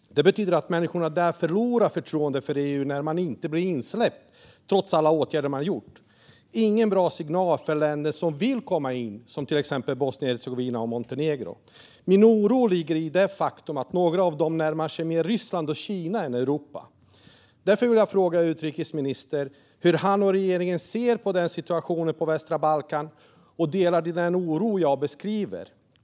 När man inte blir insläppt trots alla åtgärder man gjort betyder det att människorna där förlorar förtroendet för EU. Det är ingen bra signal för länder som vill komma in, till exempel Bosnien och Hercegovina samt Montenegro. Min oro ligger i det faktum att några av dessa nu närmar sig Ryssland och Kina i stället för Europa. Därför vill jag fråga utrikesministern hur han och regeringen ser på situationen på västra Balkan och om han delar den oro jag beskriver.